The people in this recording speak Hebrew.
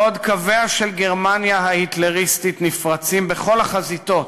בעוד קוויה של גרמניה ההיטלריסטית נפרצים בכל החזיתות,